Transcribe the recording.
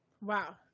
Wow